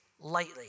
lightly